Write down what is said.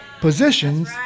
Positions